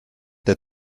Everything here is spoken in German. der